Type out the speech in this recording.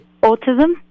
autism